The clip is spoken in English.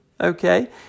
Okay